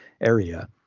area